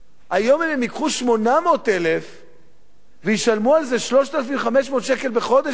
היום אם הם ייקחו 800,000 וישלמו על זה 3,500 שקל בחודש בערך,